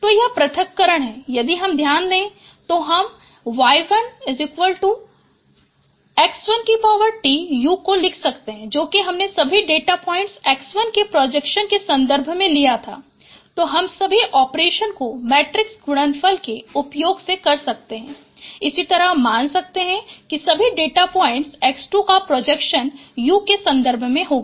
तो यह पृथक्करण है यदि हम ध्यान दे तो हम Y1 X1Tu को लिख सकते हैं जो कि हमने सभी डेटा पॉइंट्स X1 के प्रोजेक्शन के सन्दर्भ में लिया था तो हम सभी ऑपरेशन को मेट्रिक्स गुणनफल के उपयोग से कर सकते हैं और इसी तरह हम मान सकते हैं कि सभी डेटा पॉइंट्स X2 का प्रोजेक्शन u के सन्दर्भ में होगा